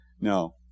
No